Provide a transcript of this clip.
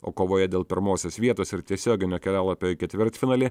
o kovoje dėl pirmosios vietos ir tiesioginio kelialapio į ketvirtfinalį